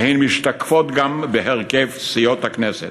והן משתקפות גם בהרכב סיעות הכנסת.